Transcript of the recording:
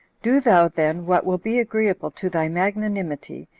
do thou then what will be agreeable to thy magnanimity,